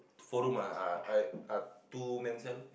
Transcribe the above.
four room ah ah two man cell